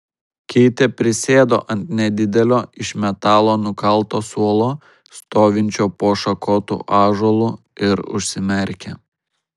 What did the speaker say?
keitė prisėdo ant nedidelio iš metalo nukalto suolo stovinčio po šakotu ąžuolu ir užsimerkė